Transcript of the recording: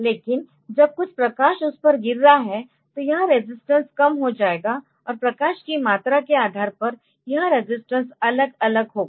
लेकिन जब कुछ प्रकाश उस पर गिर रहा है तो यह रेजिस्टेंस कम हो जाएगा और प्रकाश की मात्रा के आधार पर यह रेजिस्टेंस अलग अलग होगा